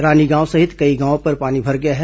रानीगांव सहित कई जगहों पर पानी भर गया है